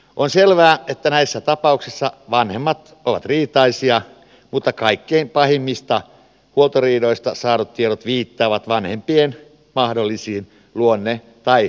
on selvää että näissä tapauksissa vanhemmat ovat riitaisia mutta kaikkein pahimmista huoltoriidoista saadut tiedot viittaavat vanhempien mahdollisiin luonne tai persoonallisuushäiriöihin